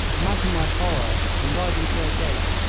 imagine my horror when, riding through a gate,